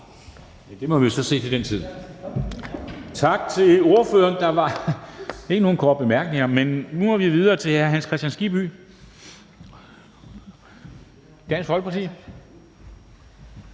Det må vi så se til den tid. Tak til ordføreren. Der var ikke nogen korte bemærkninger. Nu må vi videre til hr. Hans Kristian Skibby, Dansk Folkeparti.